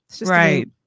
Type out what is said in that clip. Right